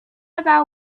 about